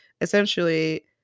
essentially